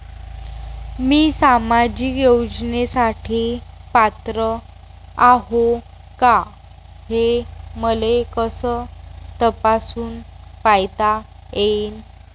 मी सामाजिक योजनेसाठी पात्र आहो का, हे मले कस तपासून पायता येईन?